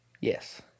Yes